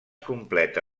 completa